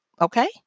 okay